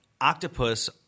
octopus